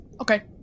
Okay